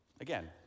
again